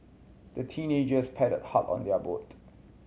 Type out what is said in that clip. the teenagers paddled hard on their boat